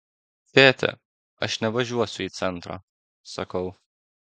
tėti aš nevažiuosiu į centrą sakau